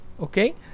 Okay